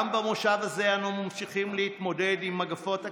גם במושב הזה אנו ממשיכים להתמודד עם מגפת הקורונה,